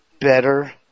better